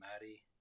Maddie